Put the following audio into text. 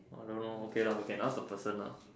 I don't know okay lah we can ask the person lah